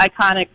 iconic